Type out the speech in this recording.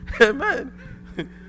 amen